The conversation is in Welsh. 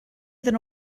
iddyn